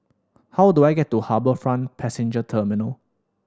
how do I get to HarbourFront Passenger Terminal